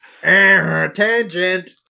Tangent